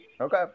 Okay